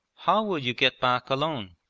how will you get back alone?